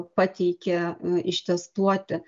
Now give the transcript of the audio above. pateikė ištestuoti